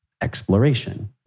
exploration